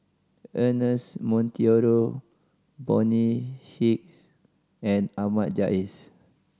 Ernest Monteiro Bonny Hicks and Ahmad Jais